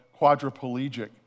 quadriplegic